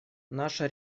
наше